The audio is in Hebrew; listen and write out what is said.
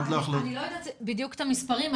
אני לא יודעת בדיוק את המספרים.